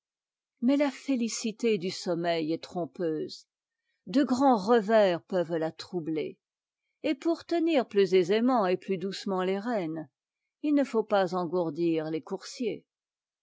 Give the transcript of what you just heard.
mais la félicité du somméil est trompeuse de grands revers peuvent la troubler et pour tenir plus aisément et plus doucement les rênes il ne faut pas engourdir les coursiers